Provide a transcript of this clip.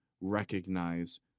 recognize